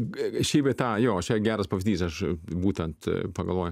šį bei tą jo čia geras pavyzdys aš būtent pagalvojau